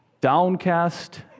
downcast